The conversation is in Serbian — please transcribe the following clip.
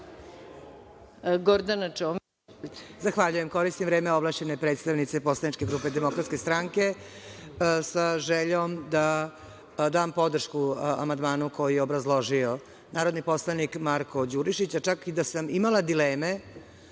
Zahvaljujem. Koristim vreme ovlašćene predstavnice poslaničke grupe DS, sa željom da dam podršku amandmanu koji je obrazložio narodni poslanik Marko Đurišić. Čak i da sam imala dileme